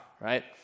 right